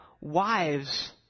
wives